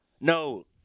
No